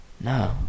No